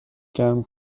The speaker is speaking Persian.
گرم